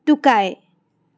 টুকাই